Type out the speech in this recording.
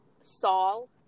Saul